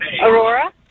Aurora